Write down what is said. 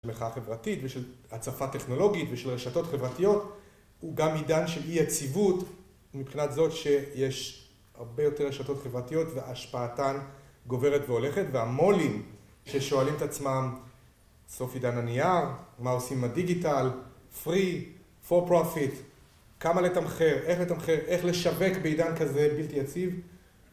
מחאה חברתית, ושל הצפה טכנולוגית, ושל רשתות חברתיות הוא גם עידן של אי יציבות מבחינת זאת שיש הרבה יותר רשתות חברתיות והשפעתן גוברת והולכת והמולים ששואלים את עצמם סוף עידן הנייר, מה עושים עם הדיגיטל, פרי, פור פרופיט כמה לתמחר, איך לתמחר, איך לשווק בעידן כזה בלתי יציב